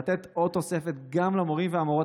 לתת עוד תוספת גם למורים והמורות